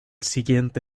siguiente